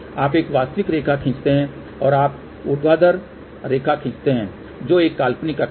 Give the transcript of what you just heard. आप एक वास्तविक रेखा खींचते हैं और आप ऊर्ध्वाधर रेखा खींचते हैं जो एक काल्पनिक अक्ष है